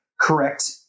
correct